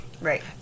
Right